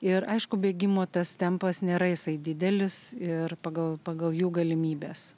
ir aišku bėgimo tas tempas nėra jisai didelis ir pagal pagal jų galimybes